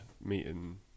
meeting